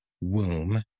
womb